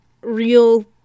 real